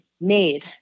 made